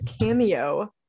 cameo